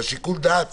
שיקול הדעת